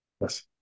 yes